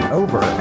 over